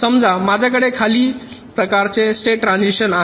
समजा माझ्याकडे खालील प्रकारचे स्टेट ट्रान्झिशन आहे